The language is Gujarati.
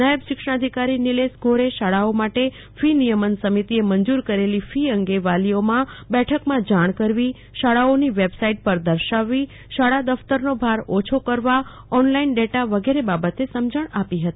નાયબ શિક્ષણાધિકારી નીલેશ ગોરે શાળાઓ માટે ફી નિયમન સમિતિએ મંજૂર કરેલી ફી અંગે વાલીઓની બેઠકમાં જાણ કરવી શાળાઓની વેબસાઇટ પર દર્શાવવી શાળા દફતરનો ભાર ઓછો કરવા ઓનલાઇન ડેટા વગેરે બાબતે સમજણ આપી હતી